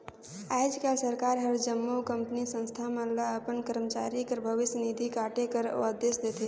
आएज काएल सरकार हर जम्मो कंपनी, संस्था मन ल अपन करमचारी कर भविस निधि काटे कर अदेस देथे